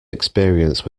experience